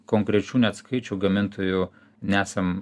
konkrečių net skaičių gamintojų nesam